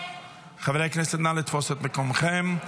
חברי הכנסת, נא לתפוס את מקומותיכם.